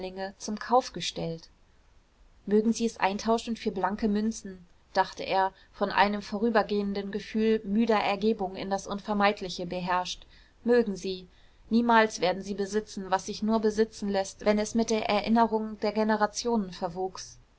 zum kauf gestellt mögen sie es eintauschen für blanke münzen dachte er von einem vorübergehenden gefühl müder ergebung in das unvermeidliche beherrscht mögen sie niemals werden sie besitzen was sich nur besitzen läßt wenn es mit der erinnerung der generationen